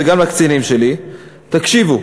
וגם לקצינים שלי: תקשיבו,